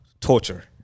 torture